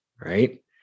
Right